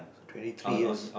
twenty three years